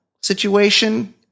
situation